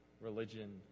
religion